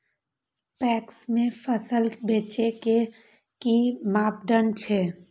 PACS में फसल बेचे के कि मापदंड छै?